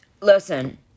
listen